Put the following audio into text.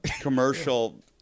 commercial